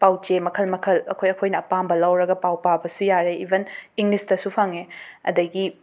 ꯄꯥꯎꯆꯦ ꯃꯈꯜ ꯃꯈꯜ ꯑꯩꯈꯣꯏ ꯑꯩꯈꯣꯏꯅ ꯑꯄꯥꯝꯕ ꯂꯧꯔꯒ ꯄꯥꯎ ꯄꯥꯕꯁꯨ ꯌꯥꯔꯦ ꯏꯕꯟ ꯏꯪꯂꯤꯁꯇꯁꯨ ꯐꯡꯉꯦ ꯑꯗꯒꯤ